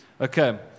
Okay